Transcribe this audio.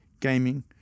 gaming